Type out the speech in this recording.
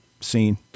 scene